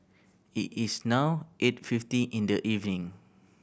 it is now eight fifty in the evening